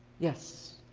yes?